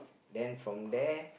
then from there